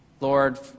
Lord